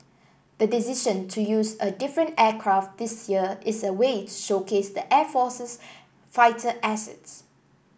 the decision to use a different aircraft this year is a way to showcase the air force's fighter assets